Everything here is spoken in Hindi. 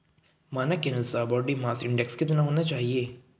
मानक के अनुसार बॉडी मास इंडेक्स कितना होना चाहिए?